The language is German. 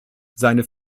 seine